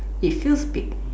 it feels big